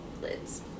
lids